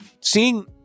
seeing